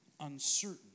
uncertain